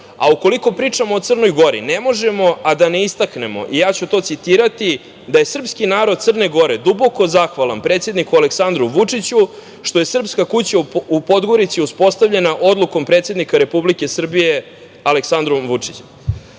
živi. Ukoliko pričamo o Crnoj Gori ne možemo a da ne istaknemo i ja ću to citirati – da je srpski narod Crne Gore duboko zahvalan predsedniku Aleksandru Vučiću što je Srpska kuća u Podgorici uspostavljena odlukom predsednika Republike Srbije Aleksandra Vučića,